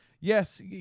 yes